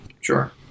Sure